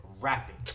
rapping